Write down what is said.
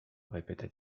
répéta